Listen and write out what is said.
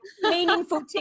meaningful